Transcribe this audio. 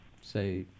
say